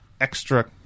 extra